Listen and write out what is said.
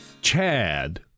Chad